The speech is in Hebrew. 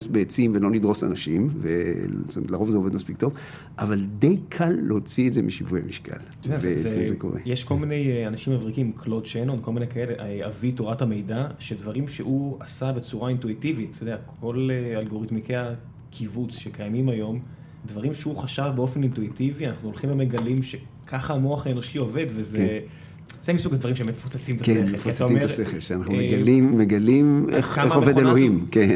בעצים ולא נדרוס אנשים, ולרוב זה עובד מספיק טוב, אבל די קל להוציא את זה משיווי משקל. יש כל מיני אנשים מבריקים, קלוד שיינון, כל מיני כאלה, אבי תורת המידע, שדברים שהוא עשה בצורה אינטואיטיבית, כל אלגוריתמי הקיבוץ שקיימים היום, דברים שהוא חשב באופן אינטואיטיבי, אנחנו הולכים ומגלים שככה המוח האנושי עובד, וזה מסוג הדברים שמפוצצים את השכל. כן, מפוצצים את השכל, שאנחנו מגלים איך עובד אלוהים.